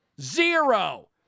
zero